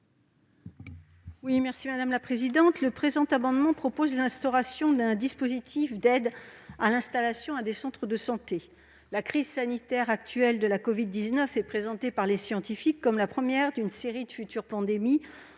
à Mme Laurence Cohen. Le présent amendement vise à proposer l'instauration d'un dispositif d'aide à l'installation de centres de santé. La crise sanitaire actuelle de la covid-19 est présentée par les scientifiques comme la première d'une série de futures pandémies,